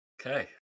okay